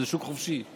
שהוא שוק חופשי,